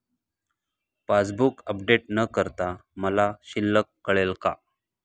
Passbook update न करता मला शिल्लक कळेल का?